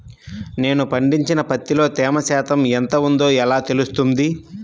నేను పండించిన పత్తిలో తేమ శాతం ఎంత ఉందో ఎలా తెలుస్తుంది?